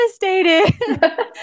devastated